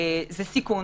זה סיכון,